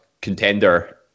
contender